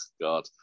god